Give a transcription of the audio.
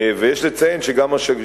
בעלי-החיים שבעיקר